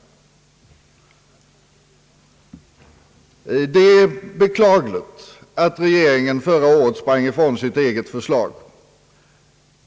Det är beklagligt att regeringen förra året sprang ifrån sitt eget förslag.